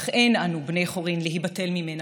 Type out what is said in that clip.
אך אין אנו בני חורין להיבטל ממנה,